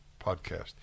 podcast